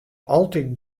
altyd